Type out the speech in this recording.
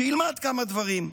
שילמד כמה דברים.